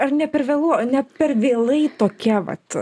ar ne per vėlu ne per vėlai tokia vat